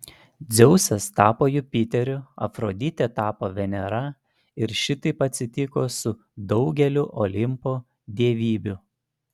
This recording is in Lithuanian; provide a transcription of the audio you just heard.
dzeusas tapo jupiteriu afroditė tapo venera ir šitaip atsitiko su daugeliu olimpo dievybių